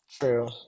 True